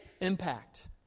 impact